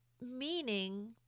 meaning